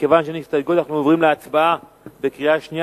מכיוון שאין הסתייגות אנחנו עוברים להצבעה בקריאה שנייה